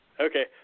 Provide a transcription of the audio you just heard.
Okay